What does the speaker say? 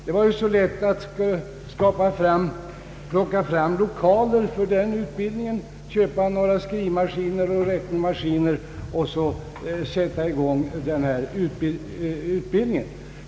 Det var ju så lätt att skaffa fram lokaler för en sådan utbildning och köpa skrivoch räknemaskiner.